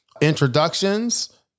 introductions